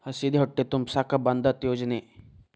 ಹಸಿದ ಹೊಟ್ಟೆ ತುಂಬಸಾಕ ಬಂದತ್ತ ಯೋಜನೆ